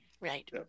Right